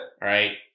right